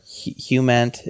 human